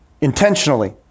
intentionally